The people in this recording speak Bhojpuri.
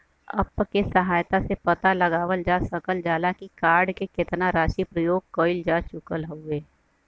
अप्प के सहायता से पता लगावल जा सकल जाला की कार्ड से केतना राशि प्रयोग कइल जा चुकल हउवे